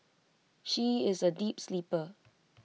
she is A deep sleeper